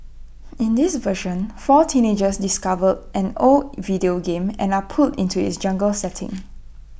in this version four teenagers discover an old video game and are pulled into its jungle setting